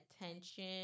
attention